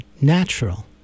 natural